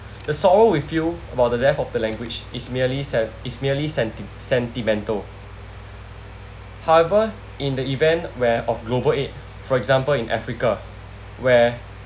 the sorrow we feel about the death of the language is merely sen~ is merely senti~ sentimental however in the event where of global aid for example in africa where